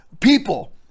people